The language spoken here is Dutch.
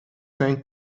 zijn